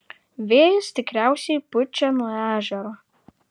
vėjas tikriausiai pučia nuo ežero